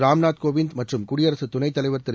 ராம்நாத் கோவிந்த் மற்றும் குடியரசுத் துணைத் தலைவர் திரு